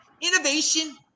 innovation